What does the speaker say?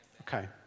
Okay